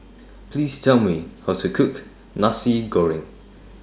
Please Tell Me How to Cook Nasi Goreng